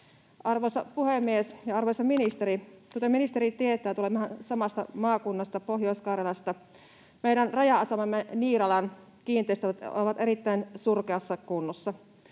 Arvoisa puhemies ja arvoisa ministeri! Kuten ministeri tietää, tulemme samasta maakunnasta, Pohjois-Karjalasta. Meidän raja-asemamme Niiralan kiinteistöt ovat erittäin surkeassa kunnossa.